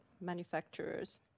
manufacturers